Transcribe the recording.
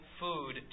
food